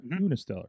Unistellar